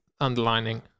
underlining